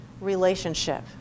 relationship